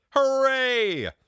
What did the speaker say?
Hooray